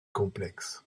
complexe